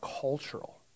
cultural